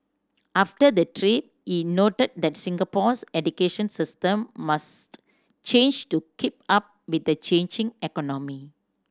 after the trip he noted that Singapore's education system must change to keep up with the changing economy